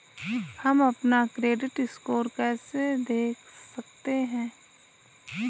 हम अपना credit score कैसे देख सकते हैं?